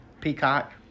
Peacock